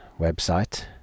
website